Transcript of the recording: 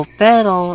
pero